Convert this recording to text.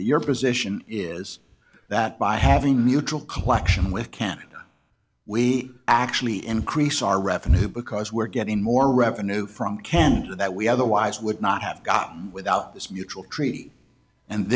your position is that by having mutual collection with canada we actually increase our revenue because we're getting more revenue from ken that we otherwise would not have gotten without this mutual treaty and